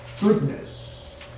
Goodness